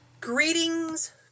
Greetings